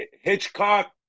Hitchcock